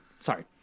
sorry